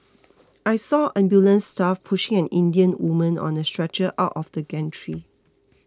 I saw ambulance staff pushing an Indian woman on a stretcher out of the gantry